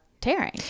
tearing